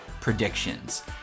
predictions